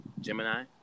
Gemini